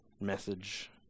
message